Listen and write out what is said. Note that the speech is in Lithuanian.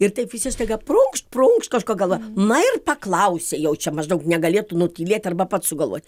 ir taip visi staiga prunkšt prunkšt kažko galva na ir paklausė jau čia maždaug negalėtų nutylėt arba pats sugalvojot